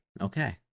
Okay